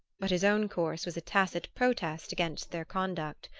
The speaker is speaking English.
but his own course was a tacit protest against their conduct.